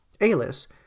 A-list